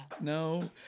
no